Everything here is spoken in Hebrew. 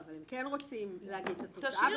אבל הם כן רוצים להגיד את התוצאה